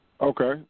Okay